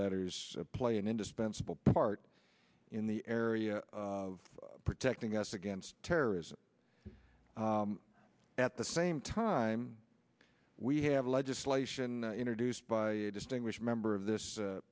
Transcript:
letters play an indispensable part in the area of protecting us against terrorism at the same time we have legislation introduced by a distinguished member of this